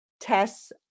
tests